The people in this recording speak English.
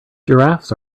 giraffes